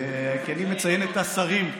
כי אני מציין את השרים.